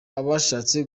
abashatse